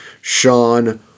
Sean